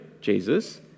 Jesus